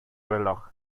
reloj